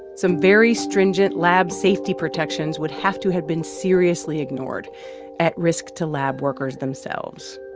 some very stringent lab safety protections would have to have been seriously ignored at risk to lab workers themselves.